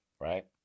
Right